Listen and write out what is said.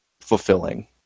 fulfilling